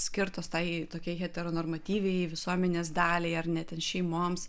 skirtos tai tokiai heteranormatyviai visuomenės daliai ar ne ten šeimoms